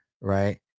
right